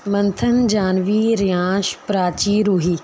Manthan Janvi Riansh Prachi Roohi